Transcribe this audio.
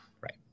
right